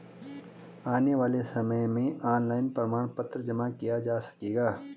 आने वाले समय में ऑनलाइन प्रमाण पत्र जमा किया जा सकेगा